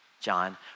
John